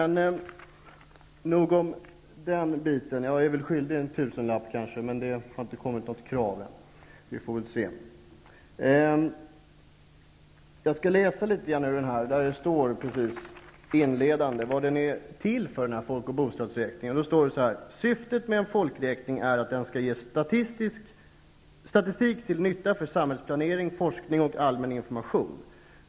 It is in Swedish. Nog om den saken. Jag är väl skyldig en tusenlapp. Men än har det inte kommit något krav. Vi får väl se. I inledningen av blanketten står det vad folk och bostadsräkningen är till för. Där framgår att syftet med en folkräkning är att den skall ge statistik till nytta för samhällsplanering, forskning och allmän information.